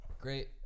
Great